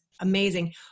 amazing